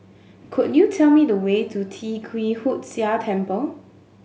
could you tell me the way to Tee Kwee Hood Sia Temple